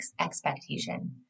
expectation